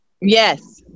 Yes